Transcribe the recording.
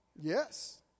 Yes